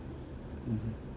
mmhmm